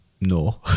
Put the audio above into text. no